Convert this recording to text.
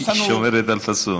יש לנו, היא שומרת על פאסון.